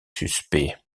suspect